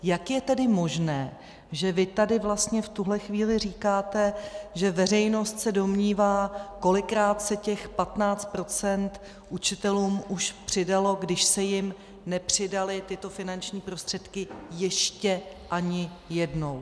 Jak je tedy možné, že vy tady vlastně v tuhle chvíli říkáte, že veřejnost se domnívá, kolikrát se těch 15 % učitelům už přidalo, když se jim nepřidaly tyto finanční prostředky ještě ani jednou?